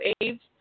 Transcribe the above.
AIDS